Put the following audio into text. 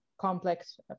complex